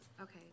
Okay